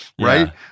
right